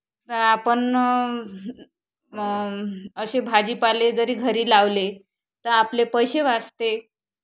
तर आपण असे भाजीपाले जरी घरी लावले तर आपले पैसे वाचते